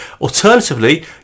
alternatively